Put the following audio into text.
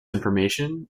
information